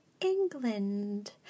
England